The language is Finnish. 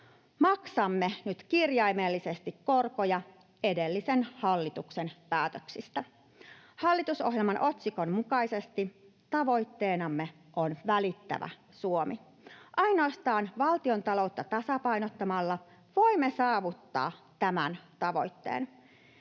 Maksamme nyt kirjaimellisesti korkoja edellisen hallituksen päätöksistä. Hallitusohjelman otsikon mukaisesti tavoitteenamme on välittävä Suomi. Ainoastaan valtiontaloutta tasapainottamalla voimme saavuttaa tämän tavoitteen.